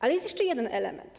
Ale jest jeszcze jeden element.